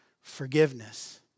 forgiveness